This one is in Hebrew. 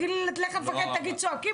תלך למפקד ותגיד צועקים לי?